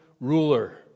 ruler